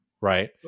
Right